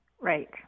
Right